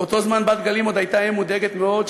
באותו זמן בת-גלים עוד הייתה אם מודאגת מאוד,